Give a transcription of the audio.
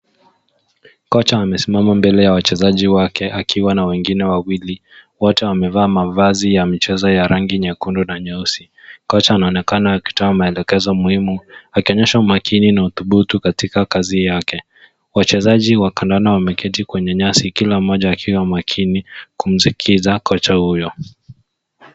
Kocha amesimama mbele ya wachezaji wake akiwa na wengine wawili wote wamevaa mavazi ya mchezo ya rangi nyekundu na nyeusi. Kocha anaonekana akitoa maelekezo muhimu akionyesha umakini na udhubutu katika kazi yake. Wachezaji wa kandanda wameketi kwenye nyasi kila mmoja akiwa makini kumskiza kocha huyo.